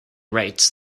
rates